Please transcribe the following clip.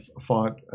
fought